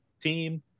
team